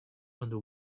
under